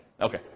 Okay